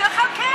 תחוקק.